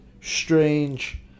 strange